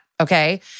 okay